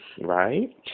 right